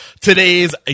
today's